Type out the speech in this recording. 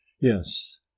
Yes